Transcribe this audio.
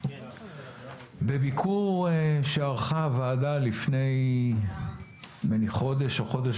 בביקור שערכה הוועדה לפני כחודש או חודש